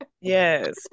Yes